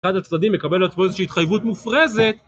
אחד הצדדים מקבל על עצמו איזושהי התחייבות מופרזת